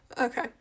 Okay